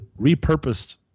repurposed